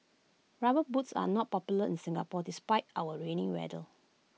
rubber boots are not popular in Singapore despite our rainy weather